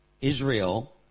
Israel